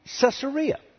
Caesarea